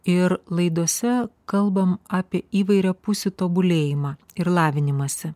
ir laidose kalbam apie įvairiapusį tobulėjimą ir lavinimąsi